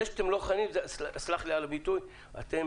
זה שאתם לא מכינים, וסלח לי על הביטוי, אתם